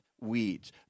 weeds